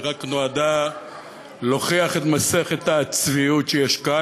היא רק נועדה להוכיח את מסכת הצביעות שיש כאן.